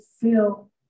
feel